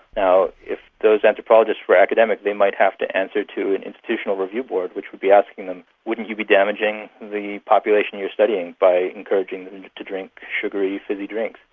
now, if those anthropologists were academic they might have to answer to an institutional review board which would be asking them, wouldn't you be damaging the population you're studying by encouraging and them to drink sugary, fizzy drinks?